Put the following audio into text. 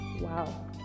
Wow